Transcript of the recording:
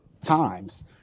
times